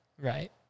Right